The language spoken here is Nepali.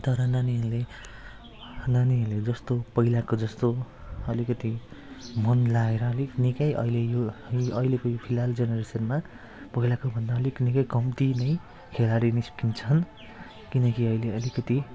तर नानीहरूले नानीहरूले जस्तो पहिलाको जस्तो अलिकति मन लगाएर अलिक निकै अहिले यो अहिलेको यो फिलहाल जेनेरेसनमा पहिलाको भन्दा अलिक निकै कम्ती नै खेलाडी निस्किन्छन् किनकि अहिले अलिकति